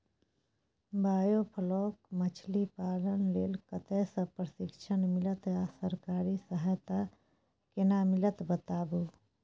Biofloc मछलीपालन लेल कतय स प्रशिक्षण मिलत आ सरकारी सहायता केना मिलत बताबू?